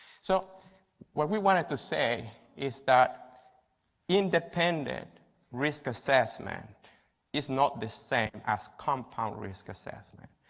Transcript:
so what we wanted to say is that independent risk assessment is not the same as compound risk assessment.